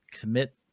commit